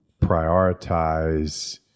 prioritize